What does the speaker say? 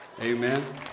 Amen